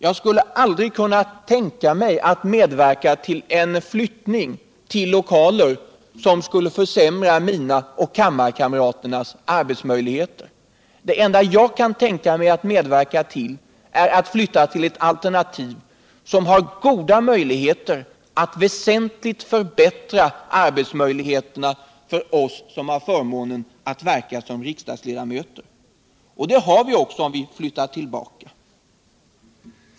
Jag skulle aldrig kunna tänka mig att medverka till en flyttning till lokaler som skulle försämra riksdagskamraternas arbetsmöjligheter. Det enda jag kan tänka mig att medverka till är att flytta till ett alternativ som ger goda möjligheter till väsentligt förbättrade arbetsförhållanden för oss som har förmånen att verka som riksdagsledamöter — och det får vi också om vi flyttar tillbaka.